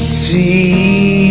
see